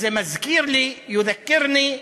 זה מזכיר לי, (אומר דברים בערבית: